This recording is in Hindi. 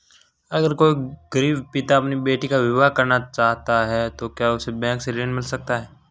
अगर कोई गरीब पिता अपनी बेटी का विवाह करना चाहे तो क्या उसे बैंक से ऋण मिल सकता है?